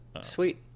Sweet